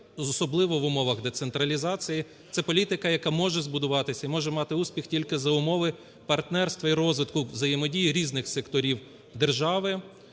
особливо в умовах децентралізації це політика, яка може збудуватись і може мати успіх тільки за умови партнерства і розвитку взаємодії різних секторів держави,